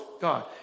God